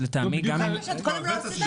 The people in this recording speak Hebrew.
אם זה כל כך חשוב